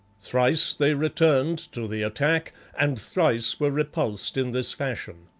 thrice they returned to the attack, and thrice were repulsed in this fashion.